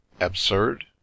Absurd